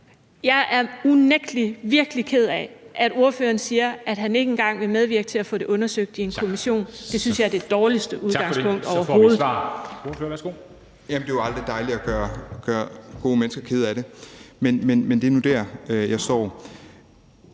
Jeg er unægtelig virkelig ked af, at ordføreren siger, at han ikke engang vil medvirke til at få det undersøgt i en kommission. Det synes jeg er det dårligste udgangspunkt overhovedet. Kl. 16:00 Formanden (Henrik Dam Kristensen): Tak for det. Så får vi svar